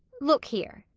look here,